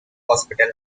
hospital